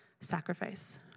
sacrifice